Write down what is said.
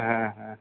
হ্যাঁ হ্যাঁ হ্যাঁ